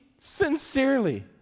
sincerely